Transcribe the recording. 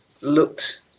looked